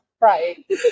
right